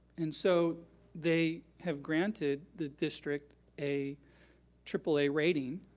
and so they have granted the district a triple a rating,